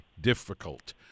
difficult